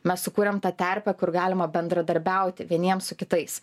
mes sukūrėm tą terpę kur galima bendradarbiauti vieniem su kitais